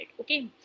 okay